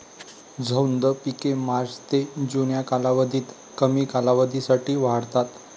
झैद पिके मार्च ते जून या कालावधीत कमी कालावधीसाठी वाढतात